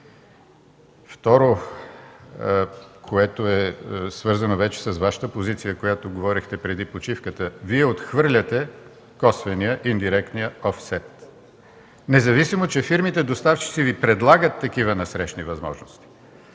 Второ, което е свързано вече с Вашата позиция, за която говорихте преди почивката – Вие отхвърляте косвения, индиректния офсет, независимо че фирмите-доставчици Ви предлагат такива насрещни възможности.